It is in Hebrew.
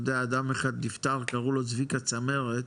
אדם אחד נפטר קראו לו צביקה צמרת,